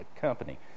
company